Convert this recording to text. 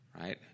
right